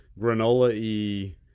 granola-y